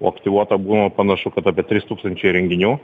o aktyvuota panašu kad apie trys tūkstančiai renginių